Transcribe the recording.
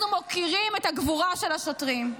אנחנו מוקירים את הגבורה של השוטרים,